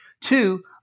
two